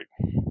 Right